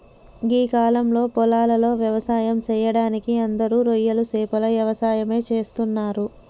గీ కాలంలో పొలాలలో వ్యవసాయం సెయ్యడానికి అందరూ రొయ్యలు సేపల యవసాయమే చేస్తున్నరు